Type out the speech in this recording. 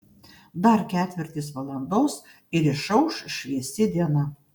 dar ketvirtis valandos ir išauš šviesi diena